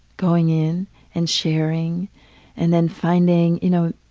going in and sharing and then finding, you know,